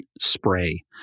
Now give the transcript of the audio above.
spray